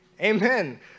Amen